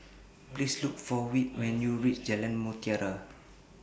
Please Look For Whit when YOU REACH Jalan Mutiara